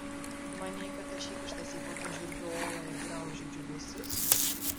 manei kad aš įkištas į kokią žiurkių olą ir graužiu džiūvėsius